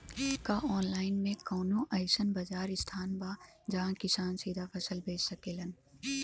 का आनलाइन मे कौनो अइसन बाजार स्थान बा जहाँ किसान सीधा फसल बेच सकेलन?